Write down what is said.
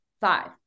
five